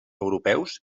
europeus